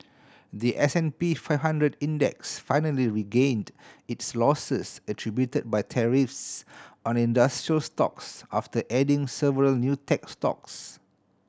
the S and P five hundred Index finally regained its losses attributed by tariffs on industrial stocks after adding several new tech stocks